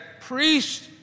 priest